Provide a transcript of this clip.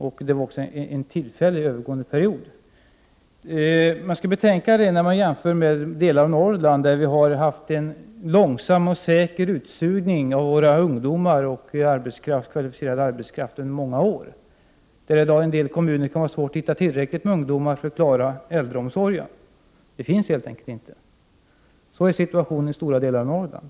Läget under denna period var också tillfälligt och övergående. I delar av Norrland har det däremot skett en långsam och säker utsugning av ungdomar och kvalificerad arbetskraft under många år. I en del kommuner kan det vara svårt att hitta tillräckligt med ungdomar för att klara äldreomsorgen — de finns helt enkelt inte. Så är situationen i stora delar av Norrland.